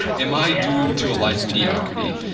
am i doomed to life mediocrity,